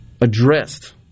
addressed